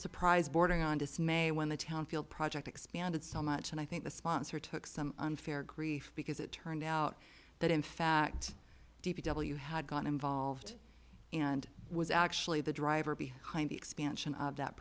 surprised bordering on dismay when the town field project expanded so much and i think the sponsor took some unfair grief because it turned out that in fact d p w had gotten involved and was actually the driver behind the expansion of that